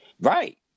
Right